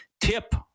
tip